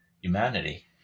humanity